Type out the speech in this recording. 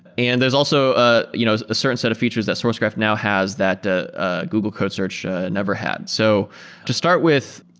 and there's also a you know ah certain set of features that sourcegraph now has that ah google code search never had. so to start with,